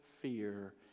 fear